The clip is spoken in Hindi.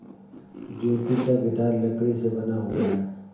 ज्योति का गिटार लकड़ी से बना हुआ है